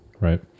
Right